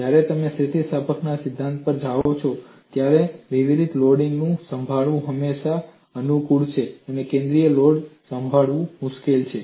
જ્યારે તમે સ્થિતિસ્થાપકતાના સિદ્ધાંત પર આવો છો ત્યારે વિતરિત લોડિંગ ને સંભાળવું હંમેશા અનુકૂળ છે કેન્દ્રિત લોડ સંભાળવું મુશ્કેલ છે